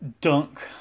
dunk